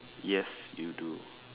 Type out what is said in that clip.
yes you do